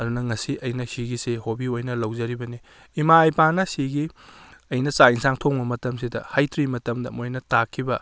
ꯑꯗꯨꯅ ꯉꯁꯤ ꯑꯩꯅ ꯁꯤꯒꯤꯁꯦ ꯍꯣꯕꯤ ꯑꯣꯏꯅ ꯂꯧꯖꯔꯤꯕꯅꯦ ꯏꯃꯥ ꯏꯄꯥꯅ ꯁꯤꯒꯤ ꯑꯩꯅ ꯆꯥꯛ ꯏꯟꯁꯥꯡ ꯊꯣꯡꯕ ꯃꯇꯝꯁꯤꯗ ꯍꯩꯇ꯭ꯔꯤꯕ ꯃꯇꯝꯗ ꯃꯣꯏꯅ ꯇꯥꯛꯈꯤꯕ